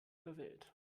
verwählt